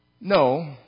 No